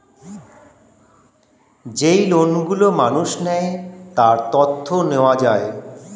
যেই লোন গুলো মানুষ নেয়, তার তথ্য নেওয়া যায়